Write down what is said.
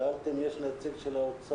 שאלתי אם יש נציג של האוצר.